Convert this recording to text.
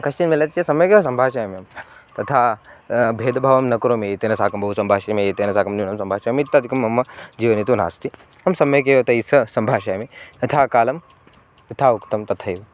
कश्चन मिलति चेत् सम्यगेव सम्भाषयामि अहं तथा भेदभावं न करोमि एतेन साकं बहु सम्भाषयामि एतेन साकं न्यूनं सम्भाषयामि इत्यादिकं मम जीवने तु नास्ति अहं सम्यगेव तैः सह सम्भाषयामि यथा कालं यथा उक्तं तथैव